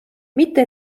mitte